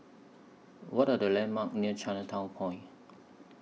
What Are The landmarks near Chinatown Point